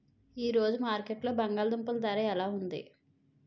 ఈ రోజు మార్కెట్లో బంగాళ దుంపలు ధర ఎలా ఉంది?